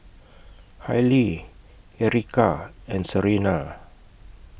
Hailie Erykah and Serena